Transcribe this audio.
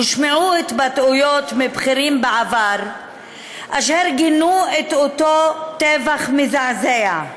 הושמעו התבטאויות מבכירים בעבר אשר גינו את אותו טבח מזעזע,